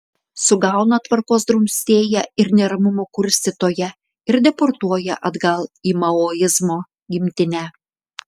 sugauna tvarkos drumstėją ir neramumų kurstytoją ir deportuoja atgal į maoizmo gimtinę